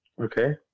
Okay